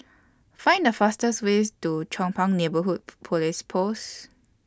Find The fastest Way to Chong Pang Neighbourhood Police Post